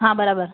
હા બરાબર